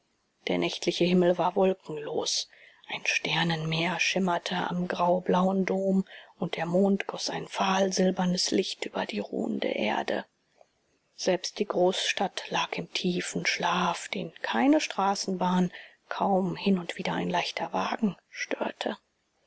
der nächtliche himmel war wolkenlos ein sternenmeer schimmerte am graublauen dom und der mond goß ein fahlsilbernes licht über die ruhende erde selbst die großstadt lag im tiefen schlaf den keine straßenbahn kaum hin und wieder ein leichter wagen störte